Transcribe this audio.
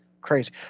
crazy